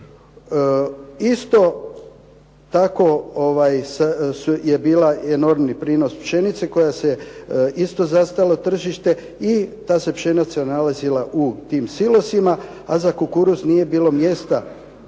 tako je bila enormni prinos pšenice koja se isto zastalo tržište i ta se pšenica nalazila u tim silosima, a za kukuruz nije bilo mjesta